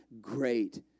great